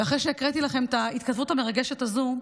ואחרי שהקראתי לכם את ההתכתבות המרגשת הזו,